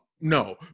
no